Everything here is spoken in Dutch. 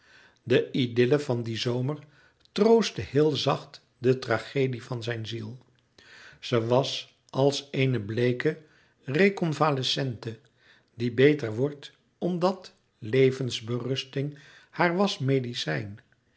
de idylle van dien zomer troostte heel zacht de tragedie van zijn ziel ze was als eene bleeke reconvalescente die beter wordt omdat levensberusting haar was medicijn